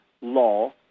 law